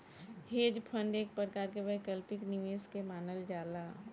hedge fund एक प्रकार के वैकल्पिक निवेश के मानल जाला